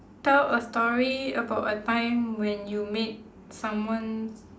tell a story about a time when you made someone's